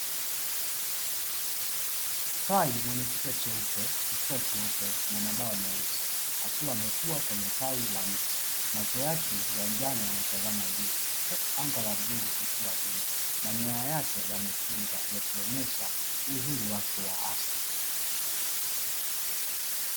Tai mwenye kifua cheupe mabawa meupe na kifua cheusi. Akiwa ametua kwenye tawi la mti. macho yake yana tazama juu angani la bluu manyoya yake yamefunga kuonyesha uzuri wa asili.